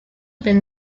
been